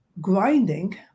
Grinding